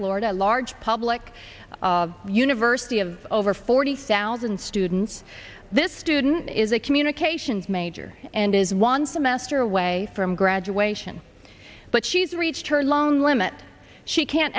florida large public university of over forty thousand students this student is a communications major and is once a master away from graduation but she's reached her long limit she can't